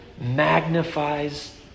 magnifies